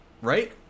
right